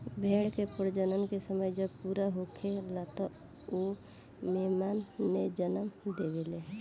भेड़ के प्रजनन के समय जब पूरा होखेला त उ मेमना के जनम देवेले